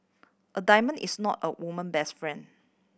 a diamond is not a woman best friend